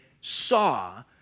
saw